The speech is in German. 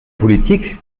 politik